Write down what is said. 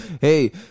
hey